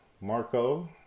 Marco